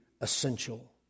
essential